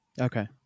Okay